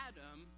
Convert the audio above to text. Adam